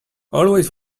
always